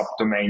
subdomain